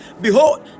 Behold